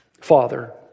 Father